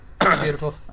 Beautiful